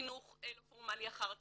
חינוך לא פורמלי אחרי הצהרים,